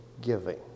giving